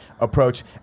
approach